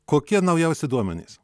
kokie naujausi duomenys